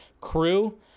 crew